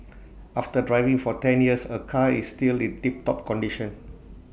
after driving for ten years her car is still in tiptop condition